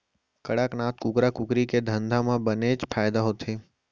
कड़कनाथ कुकरा कुकरी के धंधा म बनेच फायदा होथे